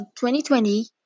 2020